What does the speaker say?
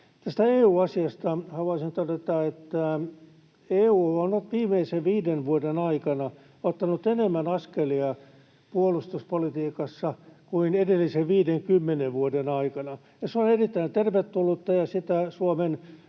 Tästä EU-asiasta haluaisin todeta, että EU on nyt viimeisen viiden vuoden aikana ottanut enemmän askelia puolustuspolitiikassa kuin edellisen 50 vuoden aikana. Se on erittäin tervetullutta, ja sitä Suomen